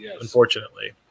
Unfortunately